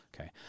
Okay